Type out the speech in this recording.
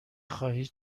خواهید